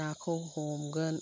नाखौ हमगोन